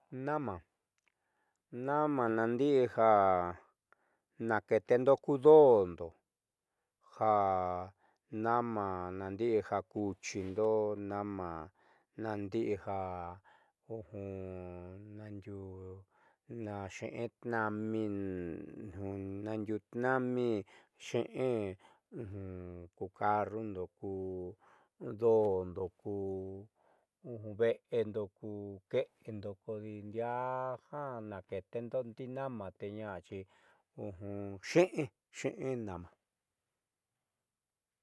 Nama nama naandi'i ja naketendo ku do'ondo ja naandi'i ja kuchiindo nama naandi'i ja nandiuu naaxeé tna'ami xe'e ku carrundo ku do'ondo ku ve'endo ku ke'endo kodi ndiaa jiaa naketendo ndi'i nama te ñaaxi xe'en xe'en nama.